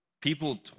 people